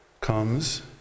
comes